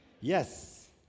Yes